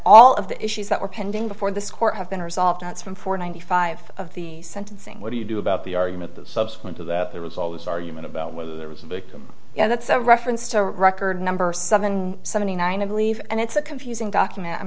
all of the issues that were pending before this court have been resolved once from four ninety five of the sentencing what do you do about the argument that subsequent to that there was always argument about whether there was a big you know that's a reference to record number seven seventy nine i believe and it's a confusing document i'm